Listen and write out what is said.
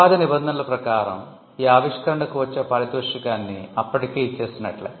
ఉపాధి నిబంధనలు ప్రకారం ఈ ఆవిష్కరణకు వచ్చే పారితోషికాన్ని అప్పటికే ఇచ్చేసినట్లే